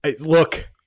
look